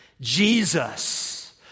Jesus